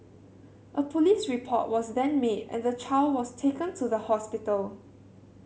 a police report was then made and the child was taken to the hospital